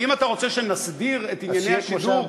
ואם אתה רוצה שנסדיר את ענייני השידור,